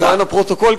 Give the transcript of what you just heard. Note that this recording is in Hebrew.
למען הפרוטוקול,